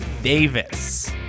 davis